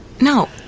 No